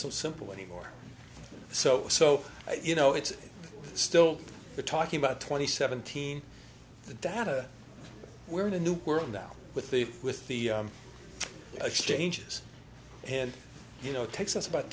so simple anymore so so you know it's still we're talking about twenty seventeen the data we're in a new world now with the with the exchanges and you know takes us about